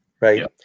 Right